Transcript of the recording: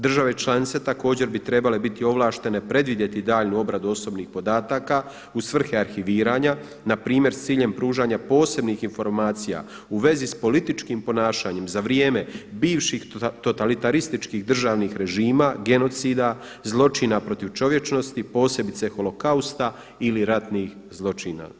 Države članice također bi trebale biti ovlaštene predvidjeti daljnju obradu osobnih podataka uz svrhe arhiviranja npr. s ciljem pružanja posebnih informacija u svezi s političkim ponašanjem za vrijeme bivših totalitarističkih državnih režima, genocida, zločina protiv čovječnosti, posebice holokausta ili ratnih zločina.